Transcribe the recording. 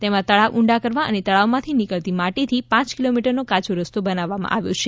તેમાં તળાવ ઊડાં ઉતારવા અને તળાવ માંથી નીકળતી માટી થી પ કિલોમીટરનો કાયો રસ્તો બનાવવામાં આવ્યો છે